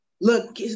Look